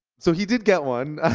so he did get one.